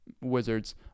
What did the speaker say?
wizards